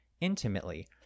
intimately